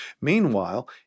Meanwhile